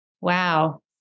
wow